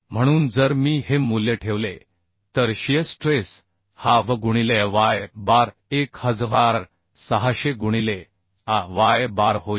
म्हणून जर मी हे मूल्य ठेवले तर शियर स्ट्रेस हा V गुणिलेAy बार 1600 गुणिले Ay बार होईल